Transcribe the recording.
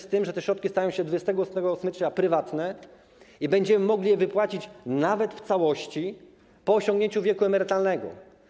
Z tym, że te środki stają 28 stycznia prywatne i będziemy mogli je wypłacić nawet w całości po osiągnięciu wieku emerytalnego.